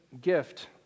gift